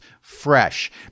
fresh